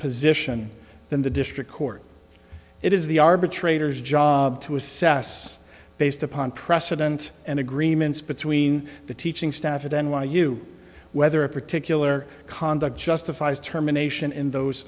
position than the district court it is the arbitrator's job to assess based upon precedent and agreements between the teaching staff at n y u whether a particular conduct justifies terminations in those